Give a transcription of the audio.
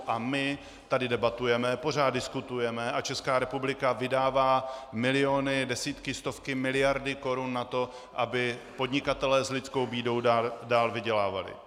A my tady debatujeme, pořád diskutujeme a Česká republika vydává miliony, desítky, stovky miliard korun na to, aby podnikatelé s lidskou bídou dál vydělávali.